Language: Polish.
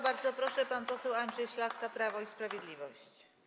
Bardzo proszę, pan poseł Andrzej Szlachta, Prawo i Sprawiedliwość.